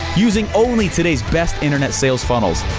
using only today's best internet sales funnels.